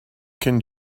can